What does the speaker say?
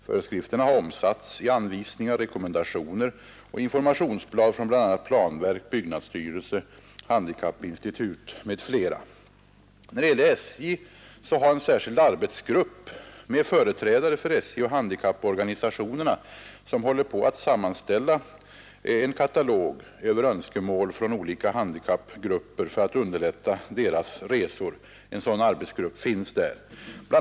Föreskrifterna har omsatts i anvisningar, rekommendationer och informationsblad från bl.a. planverket, byggnadsstyrelsen, statens råd för byggnadsforskning, handikappinstitutet m.fl. SJ har en särskild arbetsgrupp med företrädare för SJ och handikapporganisationerna som håller på att sammanställa en katalog över önskemål från olika handikappgrupper för att underlätta deras resor. Bl.